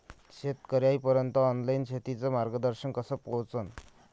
शेतकर्याइपर्यंत ऑनलाईन शेतीचं मार्गदर्शन कस पोहोचन?